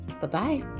Bye-bye